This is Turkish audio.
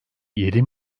yedi